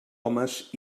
homes